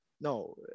No